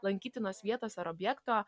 lankytinos vietos ar objekto